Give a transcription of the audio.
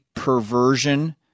perversion